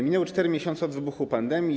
Minęły 4 miesiące od wybuchu pandemii.